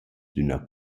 d’üna